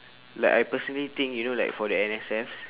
like I personally think you know like for the N_S_Fs